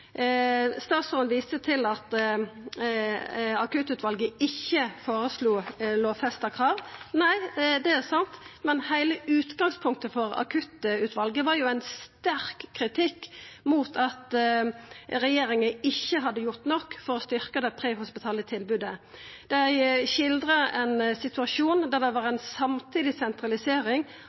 Statsråden viste til at akuttutvalet ikkje føreslo lovfesta krav. Nei, det er sant, men heile utgangspunktet for akuttutvalet var jo ein sterk kritikk mot at regjeringa ikkje hadde gjort nok for å styrkja det prehospitale tilbodet. Dei skildra ein situasjon der det var ei samtidig sentralisering